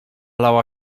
lała